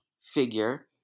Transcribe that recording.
figure